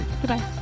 goodbye